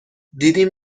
دیدیم